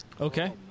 Okay